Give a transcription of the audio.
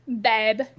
Babe